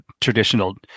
traditional